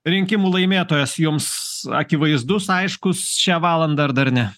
rinkimų laimėtojas jums akivaizdus aiškus šią valandą ar dar ne